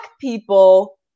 people